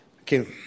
Okay